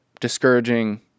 discouraging